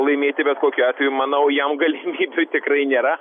laimėti bet kokiu atveju manau jam galimybių tikrai nėra